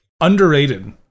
underrated